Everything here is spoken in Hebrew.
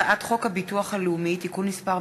הצעת חוק הביטוח הלאומי (תיקון מס'